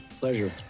Pleasure